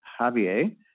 javier